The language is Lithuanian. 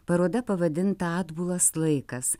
paroda pavadinta atbulas laikas